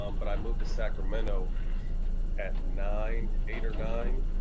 um but i moved to sacramento at nine, eight or nine,